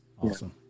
Awesome